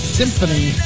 symphony